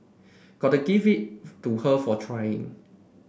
gotta give it to her for trying